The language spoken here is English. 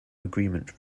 agreement